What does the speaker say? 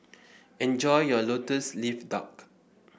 enjoy your lotus leaf duck